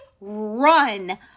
run